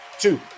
two